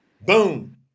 Boom